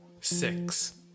six